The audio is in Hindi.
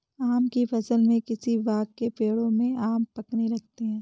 आम की फ़सल में किसी बाग़ के पेड़ों पर आम पकने लगते हैं